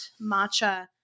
matcha